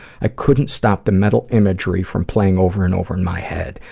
i couldn't stop the mental imagery from playing over and over in my head.